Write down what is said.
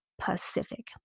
Pacific